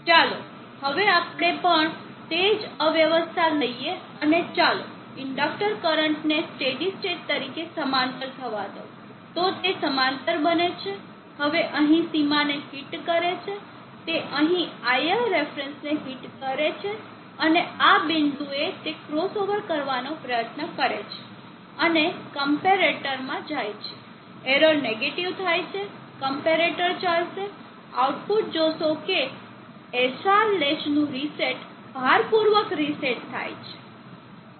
ચાલો હવે આપણે પણ તે જ અવ્યવસ્થા લઈએ અને ચાલો ઇન્ડકટર કરંટને સ્ટેડી સ્ટેટ તરીકે સમાંતર થવા દઉં તો તે સમાંતર બને છે હવે અહીં સીમાને હિટ કરે છે તે અહીં iL રેફરન્સ ને હિટ કરે છે અને આ બિંદુએ તે ક્રોસઓવર કરવાનો પ્રયાસ કરે છે અને કમ્પેરેટર જાય છે એરર નેગેટિવ થાય છે કમ્પેરેટર ચાલશે આઉટપુટ જોશો કે SR લેચ નું રીસેટ ભારપૂર્વક રીસેટ થાય છે